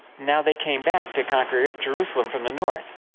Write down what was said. now they came back to conquer jerusalem from the north.